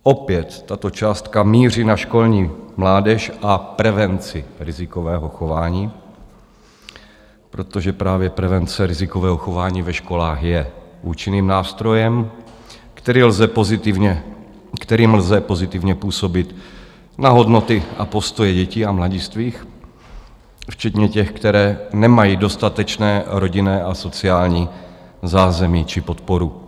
Opět tato částka míří na školní mládež a prevenci rizikového chování, protože právě prevence rizikového chování ve školách je účinným nástrojem, kterým lze pozitivně působit na hodnoty a postoje dětí a mladistvých, včetně těch, kteří nemají dostatečné rodinné a sociální zázemí či podporu.